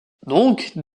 doncques